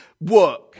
work